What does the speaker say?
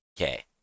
okay